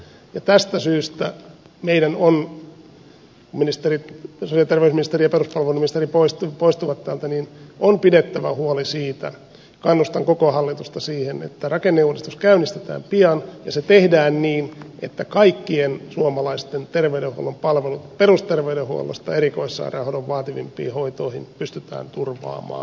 ja tästä syystä meidän on vaikka sosiaali ja terveysministeri ja peruspalveluministeri poistuivat täältä pidettävä huoli siitä kannustan koko hallitusta siihen että rakenneuudistus käynnistetään pian ja se tehdään niin että kaikkien suomalaisten terveydenhuollon palvelut perusterveydenhuollosta erikoissairaanhoidon vaativimpiin hoitoihin pystytään turvaamaan